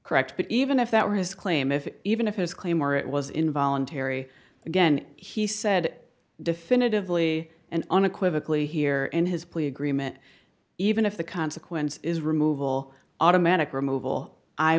correct but even if that were his claim if even if his claim or it was involuntary again he said definitively and unequivocal here in his plea agreement even if the consequence is removal automatic removal i